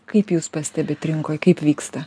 kaip jūs pastebite rinkoje kaip vyksta